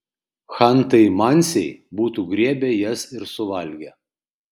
chantai mansiai būtų griebę jas ir suvalgę